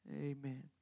Amen